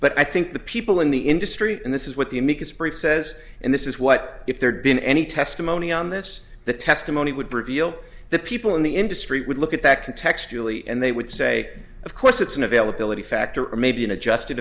but i think the people in the industry and this is what the amicus brief says and this is what if there'd been any testimony on this the testimony would reveal that people in the industry would look at that contextually and they would say of course it's an availability factor or maybe an adjusted